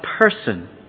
person